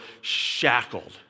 shackled